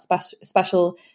special